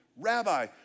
rabbi